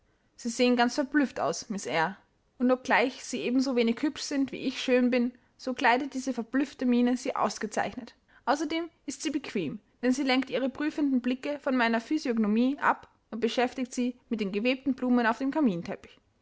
sie sehen ganz verblüfft aus miß eyre und obgleich sie ebensowenig hübsch sind wie ich schön bin so kleidet diese verblüffte miene sie ausgezeichnet außerdem ist sie bequem denn sie lenkt ihre prüfenden blicke von meiner physiognomie ab und beschäftigt sie mit den gewebten blumen auf dem kaminteppich